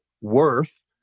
worth